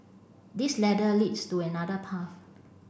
this ladder leads to another path